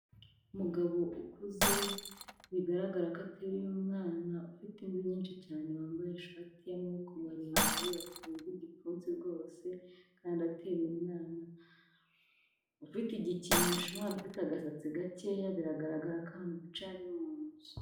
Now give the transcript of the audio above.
Umugabo ukuze bigaragara ko ateruye umwana, ufite imvi nyinshi cyane wambaye ishati y'amaboko maremare wafunze igipfunsi rwose kandi ateruye umwana, ufite igikinisho umwana ufite agasatsi gakeya biragaragara ko ahantu bicaye ari mu nzu.